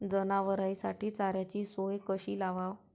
जनावराइसाठी चाऱ्याची सोय कशी लावाव?